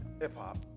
hip-hop